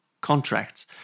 contracts